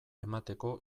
emateko